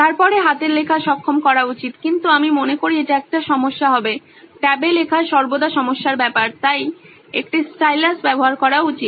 তারপরে হাতের লেখা সক্ষম করা উচিত কিন্তু আমি মনে করি এটি একটি সমস্যা হবে ট্যাবে লেখা সর্বদা সমস্যার ব্যাপার তাই একটি স্টাইলাস ব্যবহার করা উচিত